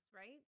right